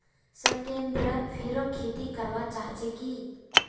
सत्येंद्र फेरो खेती करवा चाह छे की